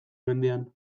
mendian